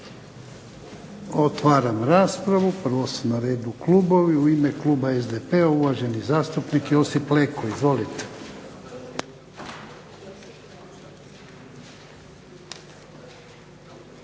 Otvaram raspravu. Prvo su na redu klubovi. U ime kluba SDP-a, uvaženi zastupnik Josip Leko. Izvolite.